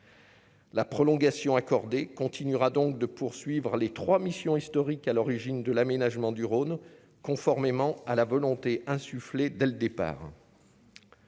La prolongation accordée continuera donc de poursuivre les 3 missions historiques à l'origine de l'aménagement du Rhône, conformément à la volonté insuffler dès le départ.